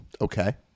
Okay